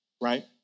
Right